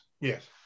Yes